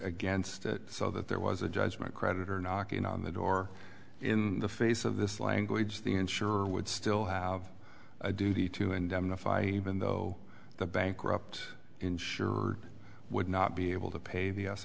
against it so that there was a judgment creditor knocking on the door in the face of this language the insurer would still have a duty to indemnify even though the bankrupt insurer would not be able to pay the